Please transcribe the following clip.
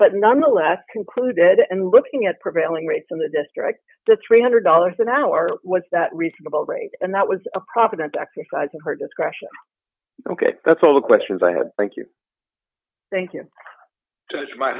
but nonetheless concluded and looking at prevailing rates in the district the three hundred dollars an hour was reasonable rate and that was a providence exercising her discretion ok that's all the questions i had thank you thank you judge m